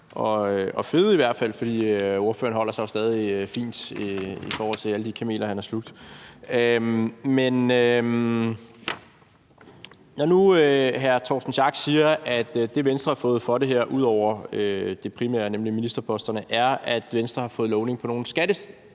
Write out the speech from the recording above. ser ud til at fede, for ordføreren holder sig jo stadig fint i forhold til alle de kameler, han har slugt. Men når nu hr. Torsten Schack Pedersen siger, at det, Venstre har fået for det her ud over det primære, nemlig ministerposterne, er, at Venstre i regeringsgrundlaget